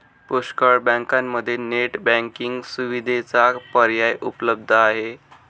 पुष्कळ बँकांमध्ये net banking सुविधेचा पर्याय उपलब्ध आहे